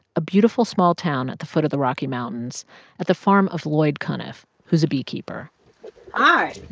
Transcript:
a beautiful small town at the foot of the rocky mountains at the farm of lloyd cunniff, who's a beekeeper i